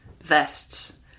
vests